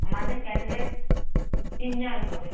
আমাদের ক্যান্ডিডেট তিনজন হবে